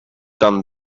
done